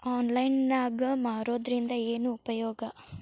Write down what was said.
Online ನಾಗ್ ಮಾರೋದ್ರಿಂದ ಏನು ಉಪಯೋಗ?